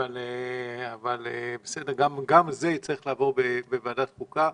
אבל בסדר, גם זה יצטרך לעבור בוועדת החוקה.